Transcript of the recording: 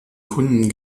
kunden